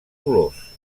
colors